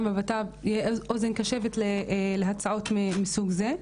בביטחון הפנים אוזן קשבת להצעות מסוג זה.